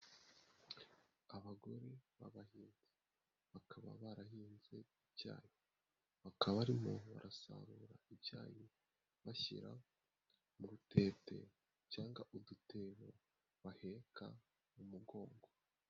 Abagore b'abahinzi, bakaba barahinze icyayi, bakaba arimo barasarura icyayi bashyira mu rutete cyangwa udutero baheka mu mugongo.